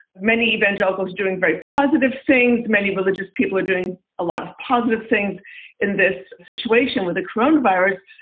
many evangelicals doing very positive things. many religious people are doing a lot of positive things in this situation with a corona virus.